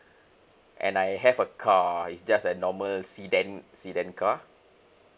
and I have a car it's just a normal sedan sedan car